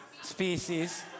Species